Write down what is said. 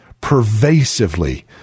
pervasively